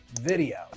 video